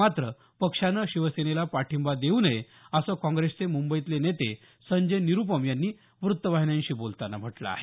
मात्र पक्षानं शिवसेनेला पाठिंबा देऊ नये असं काँग्रेसचे मुंबईतले नेते संजय निरुपम यांनी वृत्तवाहिन्यांशी बोलताना म्हटलं आहे